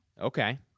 Okay